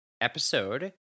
episode